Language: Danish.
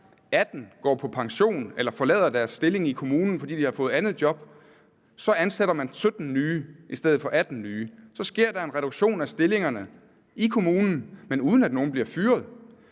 18 går på pension eller forlader deres stilling i kommunen, fordi de har fået andet job, så ansætter man 17 nye i stedet for 18 nye. Så sker der en reduktion af stillingerne i kommunen, men uden at nogen bliver fyret.